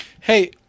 hey